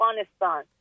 Afghanistan